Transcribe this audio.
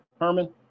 Herman